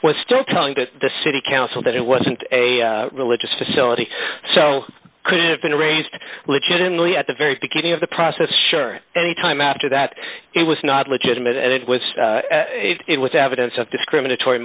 was still talking to the city council that it wasn't a religious facility so could have been raised legitimately at the very beginning of the process sure any time after that it was not legitimate and it was it was evidence of discriminatory